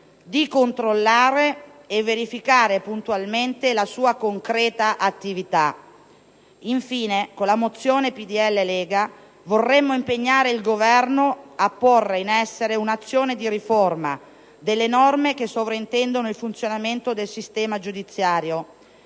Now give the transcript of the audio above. di controllare e verificare puntualmente la sua concreta attività. Infine, con la mozione PdL-Lega, vorremmo impegnare il Governo a porre in essere un'azione di riforma delle norme che sovraintendono il funzionamento del sistema giudiziario.